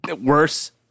worse